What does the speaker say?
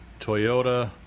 Toyota